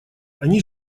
они